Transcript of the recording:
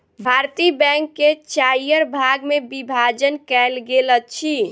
भारतीय बैंक के चाइर भाग मे विभाजन कयल गेल अछि